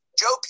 Joe